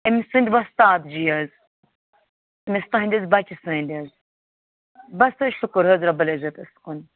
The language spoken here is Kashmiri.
أمۍ سٕنٛدۍ وۄستاد جی حظ أمِس تُہٕنٛدِس بَچہِ سٕنٛدۍ حظ بَس حظ شُکُر حظ رۄبَل عزتس کُن